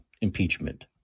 impeachment